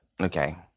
Okay